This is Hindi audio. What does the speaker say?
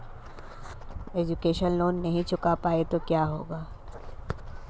एजुकेशन लोंन नहीं चुका पाए तो क्या होगा?